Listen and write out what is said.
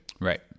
Right